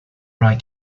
right